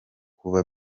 kuba